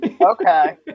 Okay